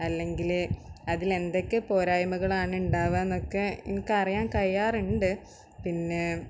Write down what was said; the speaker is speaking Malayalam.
അല്ലെങ്കിൽ അതിൽ എന്തൊക്കെ പോരായ്മകളാണ് ഉണ്ടാവുന്നത് എന്ന് എനിക്കറിയാൻ കഴിയാറുണ്ട് പിന്നെ